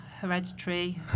hereditary